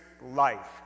life